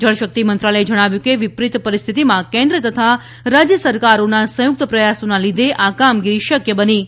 જળશક્તિ મંત્રાલયે જણાવ્યું છે કે વિપરીત પરિસ્થિતિમાં કેન્દ્ર તથા રાજ્ય સરકારોના સંયુક્ત પ્રયાસોના લીધે આ કામગીરી શક્ય બની છે